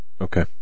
Okay